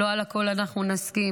לא על הכול אנחנו נסכים,